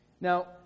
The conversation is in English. Now